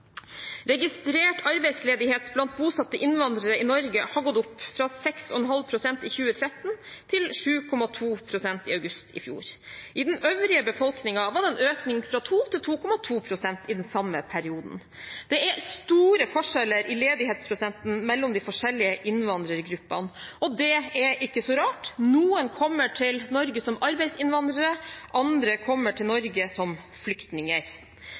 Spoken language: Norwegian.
Registrert arbeidsledighet blant bosatte innvandrere i Norge har gått opp fra 6,5 pst. i 2013 til 7,2 pst. i august i fjor. I den øvrige befolkningen var det en økning fra 2 pst. til 2,2 pst. i den samme perioden. Det er store forskjeller i ledighetsprosenten mellom de forskjellige innvandrergruppene, og det er ikke så rart. Noen kommer til Norge som arbeidsinnvandrere, andre kommer til Norge som flyktninger.